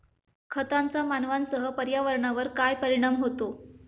खतांचा मानवांसह पर्यावरणावर काय परिणाम होतो?